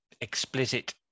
explicit